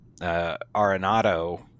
Arenado